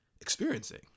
experiencing